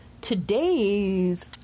Today's